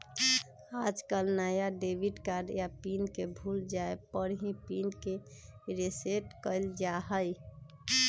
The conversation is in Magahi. आजकल नया डेबिट कार्ड या पिन के भूल जाये पर ही पिन के रेसेट कइल जाहई